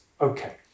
okay